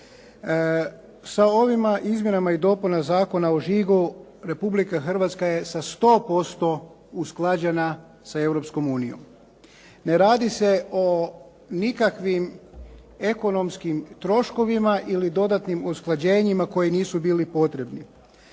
Sa ovim izmjenama i dopunama Zakona o žigu Republika Hrvatska je sa 100% usklađena sa Europskom unijom. Ne radi se o nikakvim ekonomskim troškovima ili dodatnim usklađenjima koja nisu bila potrebna.